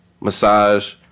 massage